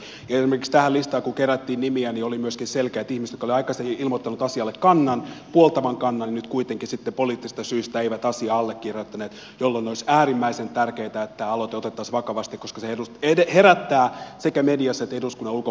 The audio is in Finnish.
esimerkiksi kun tähän listaan kerättiin nimiä oli myöskin selkeästi ihmisiä jotka olivat aikaisemmin ilmoittaneet asiaan puoltavan kannan ja nyt kuitenkaan poliittisista syistä eivät asiaa allekirjoittaneet jolloin olisi äärimmäisen tärkeätä että tämä aloite otettaisiin vakavasti koska se herättää sekä mediassa että eduskunnan ulkopuolella myöskin paljon keskustelua